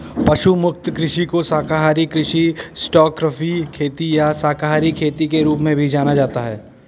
पशु मुक्त कृषि को शाकाहारी कृषि स्टॉकफ्री खेती या शाकाहारी खेती के रूप में भी जाना जाता है